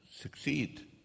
succeed